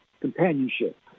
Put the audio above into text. companionship